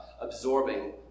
absorbing